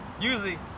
Usually